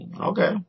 Okay